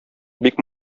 бик